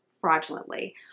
fraudulently